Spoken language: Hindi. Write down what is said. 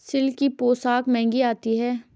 सिल्क की पोशाक महंगी आती है